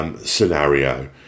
scenario